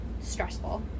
stressful